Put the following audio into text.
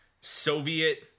Soviet